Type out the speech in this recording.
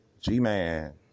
G-Man